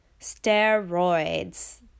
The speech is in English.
Steroids